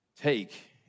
Take